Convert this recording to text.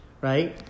Right